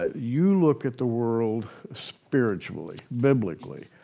ah you look at the world spiritually, biblically.